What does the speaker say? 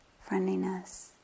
friendliness